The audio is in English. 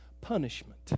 punishment